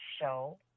show